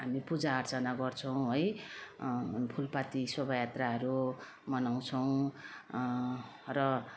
हामी पूजा अर्चना गर्छौँ है फुलपाती शोभायात्राहरू मनाउँछौँ र